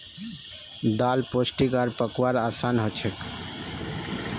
दाल पोष्टिक आर पकव्वार असान हछेक